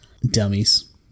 Dummies